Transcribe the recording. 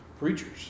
preachers